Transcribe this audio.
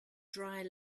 dry